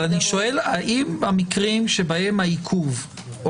אבל אני שואל: האם במקרים שבהם העיכוב או